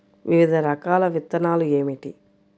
వివిధ రకాల విత్తనాలు ఏమిటి?